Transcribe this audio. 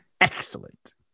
Excellent